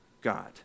God